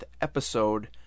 episode